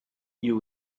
you